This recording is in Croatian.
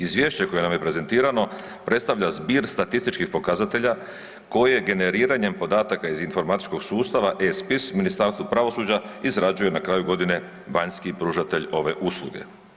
Izvješće koje nam je prezentirano predstavlja zbir statističkih pokazatelja koje generiranjem podataka iz informatičkog sustava e-spis u Ministarstvu pravosuđa izrađuje na kraju godine vanjski pružatelj ove usluge.